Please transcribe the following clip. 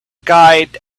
guide